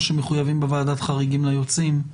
שמחויבים בוועדת חריגים לגבי היוצאים.